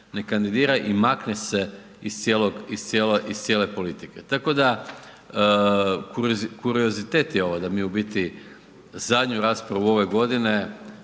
ne kandidira i makne se iz cijele politike. Tako da, kuriozitet je ovo, da mi u biti zadnju raspravu ove godine,